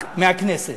מהכנסת,